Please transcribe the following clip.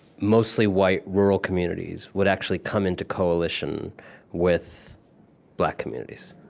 mostly-white, rural communities would actually come into coalition with black communities